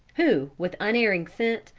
who, with unerring scent,